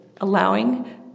allowing